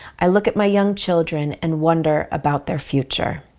i look at my young children and wonder about their future.